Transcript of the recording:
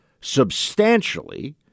substantially